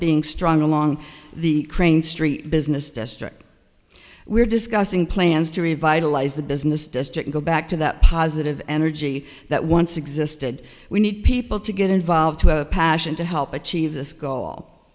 being strong along the crane street business district we're discussing plans to revitalize the business district go back to the positive energy that once existed we need people to get involved to have a passion to help achieve this